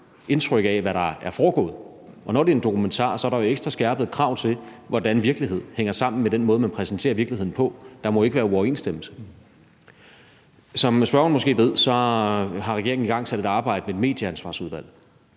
indtryk af, hvad der er foregået. Og når det er en dokumentar, er der jo ekstra skærpede krav til, hvordan virkeligheden hænger sammen med den måde, man præsenterer virkeligheden på. Der må ikke være uoverensstemmelse. Som spørgeren måske ved, har regeringen igangsat et arbejde med et Medieansvarsudvalg.